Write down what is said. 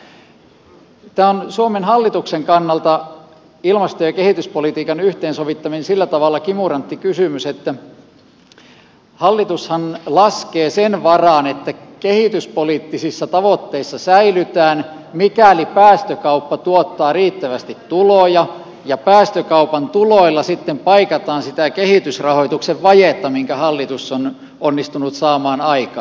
ilmasto ja kehityspolitiikan yhteensovittaminen on suomen hallituksen kannalta sillä tavalla kimurantti kysymys että hallitushan laskee sen varaan että kehityspoliittisissa tavoitteissa säilytään mikäli päästökauppa tuottaa riittävästi tuloja ja päästökaupan tuloilla sitten paikataan sitä kehitysrahoituksen vajetta minkä hallitus on onnistunut saamaan aikaan